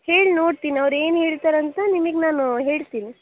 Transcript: ಹೇಳಿ ನೋಡ್ತೀನಿ ಅವರು ಏನು ಹೇಳ್ತಾರಂತ ನಿಮಗೆ ನಾನು ಹೇಳ್ತೀನಿ